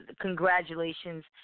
congratulations